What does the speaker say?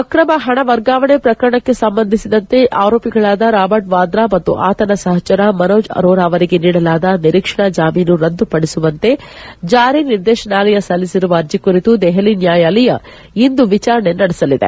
ಅಕ್ರಮ ಹಣ ವರ್ಗಾವಣೆ ಪ್ರಕರಣಕ್ಕೆ ಸಂಬಂಧಿಸಿದಂತೆ ಆರೋಪಿಗಳಾದ ರಾಬರ್ಟ್ ವಾದ್ರಾ ಮತ್ತು ಆತನ ಸಹಚರ ಮನೋಜ್ ಅರೋರಾ ಅವರಿಗೆ ನೀಡಲಾದ ನಿರೀಕ್ಷಣಾ ಜಾಮೀನು ರದ್ದು ಪಡಿಸುವಂತೆ ಜಾರಿ ನಿರ್ದೇಶನಾಲಯ ಸಲ್ಲಿಸಿರುವ ಅರ್ಜಿ ಕುರಿತು ದೆಹಲಿ ನ್ಲಾಯಾಲಯ ಇಂದು ವಿಚಾರಣೆ ನಡೆಸಲಿದೆ